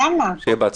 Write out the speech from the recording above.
שיהיה בהצלחה.